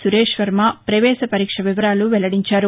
సురేష్వర్మ ప్రవేశపరీక్ష వివరాలు వెల్లడించారు